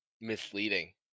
misleading